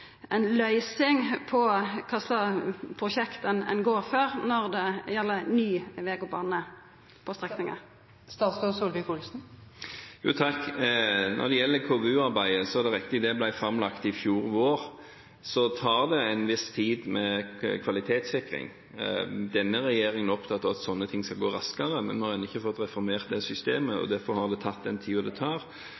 ny veg og bane på strekninga. Når det gjelder KVU-arbeidet, er det riktig: Det ble framlagt i fjor vår. Så tar det en viss tid med kvalitetssikring. Denne regjeringen er opptatt av at sånt skal gå raskere, men vi har ennå ikke fått reformert det systemet, og derfor har det tatt den tiden det tar.